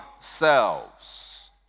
selves